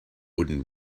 wooden